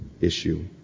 issue